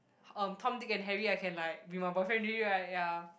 um Tom Dick and Harry I can like be my boyfriend already right ya